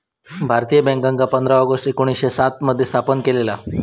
भारतीय बॅन्कांका पंधरा ऑगस्ट एकोणीसशे सात मध्ये स्थापन केलेला